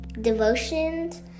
devotions